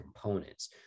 components